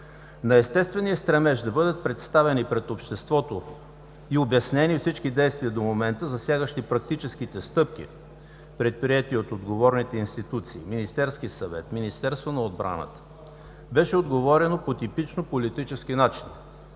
На естествения стремеж да бъдат представени пред обществото и обяснени всички действия до момента, засягащи практическите стъпки, предприети от отговорните институции – Министерския съвет, Министерството на отбраната, беше отговорено по типично политически начин